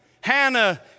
Hannah